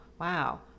wow